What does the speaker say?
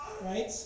Right